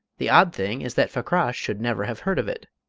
the odd thing is that fakrash should never have heard of it.